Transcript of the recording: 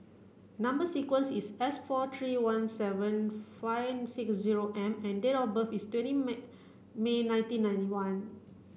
number sequence is S four three one seven five six zero M and date of birth is twenty May May nineteen ninety one